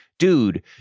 Dude